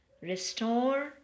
restore